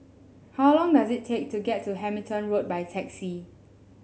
how long does it take to get to Hamilton Road by taxi